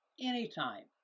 anytime